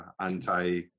anti